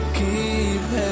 keep